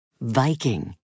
Viking